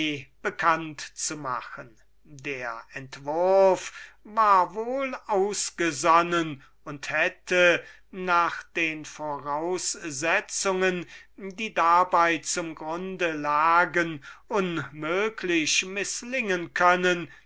bekannt zu machen der entwurf war wohl ausgesonnen und hätte nach den voraussetzungen die dabei zum grunde lagen ohnmöglich mißlingen können